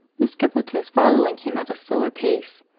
miss crippletoes following him at a slower pace,